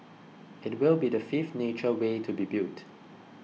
it will be the fifth nature way to be built